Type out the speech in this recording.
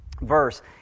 verse